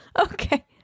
okay